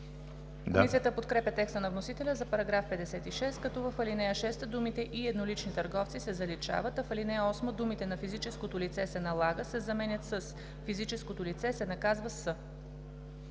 Комисията подкрепя текста на вносителя за § 56, като в ал. 6 думите „и еднолични търговци“ се заличават, а в ал. 8 думите „на физическото лице се налага“ се заменят с „физическото лице се наказва с“.